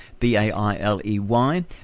B-A-I-L-E-Y